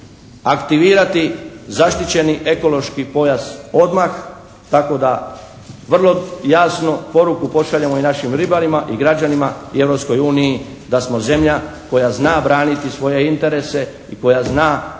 aktivirati zaštićeni ekološki pojas odmah tako da vrlo jasno poruku pošaljemo i našim ribarima i građanima i Europskoj uniji da smo zemlja koja zna braniti svoje interese i koja zna